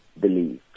believe